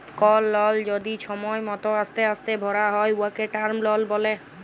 call লল যদি ছময় মত অস্তে অস্তে ভ্যরা হ্যয় উয়াকে টার্ম লল ব্যলে